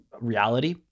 reality